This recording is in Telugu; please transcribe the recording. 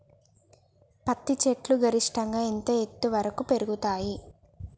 పత్తి చెట్లు గరిష్టంగా ఎంత ఎత్తు వరకు పెరుగుతయ్?